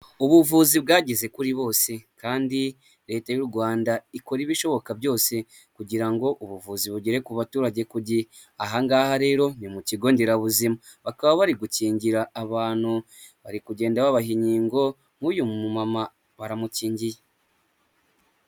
Ubuvuzi bwageze kuri bose kandi leta y'u Rwanda ikora ibishoboka byose kugira ngo ubuvuzi bugere ku baturage kugihe, ahangaha rero ni mu kigo nderabuzima bakaba bari gukingira abantu bari kugenda babaha inkingo nk'uyu mumama baramukingiye.